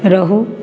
रहु